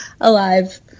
alive